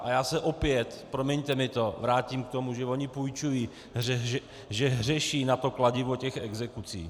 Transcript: A já se opět, promiňte mi to, vrátím k tomu, že oni půjčují, že hřeší na kladivo těch exekucí.